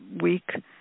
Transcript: week